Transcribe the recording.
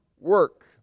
work